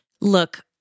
Look